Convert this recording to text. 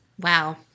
Wow